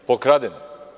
Pokradene.